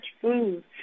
food